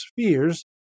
spheres